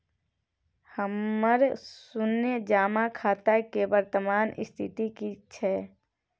हमर शुन्य जमा खाता के वर्तमान स्थिति की छै?